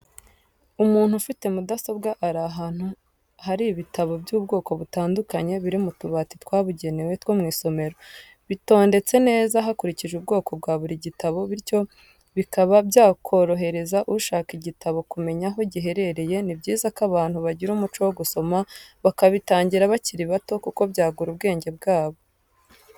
Umuntu ufite mudasobwa ari ahantu hari bitabo by'ubwoko butandukanye biri mu tubati twabugenewe two mu isomero, bitondetse neza hakurikijwe ubwoko bwa buri gitabo bityo bikaba byakorohereza ushaka igitabo kumenya aho giherereye, ni byiza ko abantu bagira umuco wo gusoma bakabitangira bakiri bato kuko byagura ubwenge bwabo.